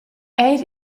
eir